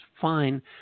fine